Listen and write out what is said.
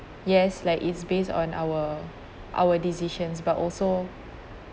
yes like it's based on our our decisions but also